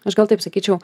aš gal taip sakyčiau